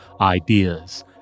ideas